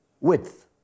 width